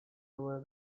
over